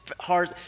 hard